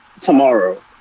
tomorrow